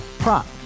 Prop